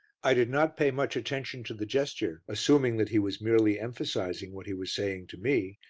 i did not pay much attention to the gesture, assuming that he was merely emphasizing what he was saying to me,